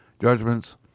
judgments